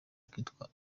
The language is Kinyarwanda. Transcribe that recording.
kitwa